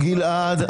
גלעד,